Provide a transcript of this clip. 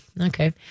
okay